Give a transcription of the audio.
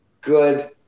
good